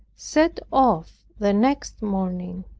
set off the next morning.